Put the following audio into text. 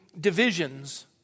divisions